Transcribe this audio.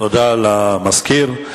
תודה לסגן המזכיר.